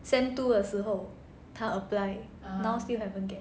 sem two 的时候她 apply now still haven't get